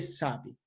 sabe